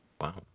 Wow